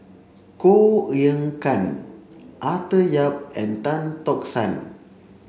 Koh Eng Kian Arthur Yap and Tan Tock San